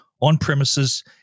on-premises